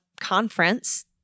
conference